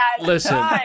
Listen